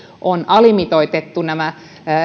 on alimitoitettu nämä